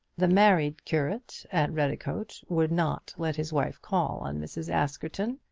the married curate at redicote would not let his wife call on mrs. askerton,